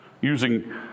using